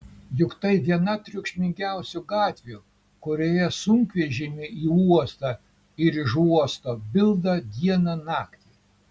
juk tai viena triukšmingiausių gatvių kurioje sunkvežimiai į uostą ir iš uosto bilda dieną naktį